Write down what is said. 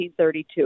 1932